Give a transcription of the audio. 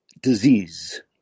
disease